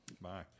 Bye